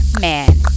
man